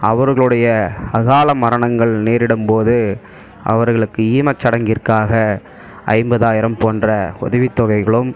அவர்களுடைய அகால மரணங்கள் நேரிடும் போது அவர்களுக்கு ஈம சடங்கிற்காக ஐம்பதாயிரம் போன்ற உதவித் தொகைகளும்